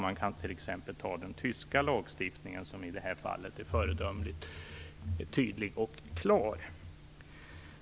Man kan t.ex. ta den tyska lagstiftningen som i det här fallet är föredömligt tydlig och klar.